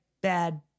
bad